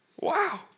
Wow